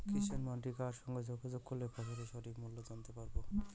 কিষান মান্ডির কার সঙ্গে যোগাযোগ করলে ফসলের সঠিক মূল্য জানতে পারবো?